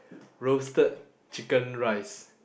roasted chicken rice